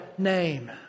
name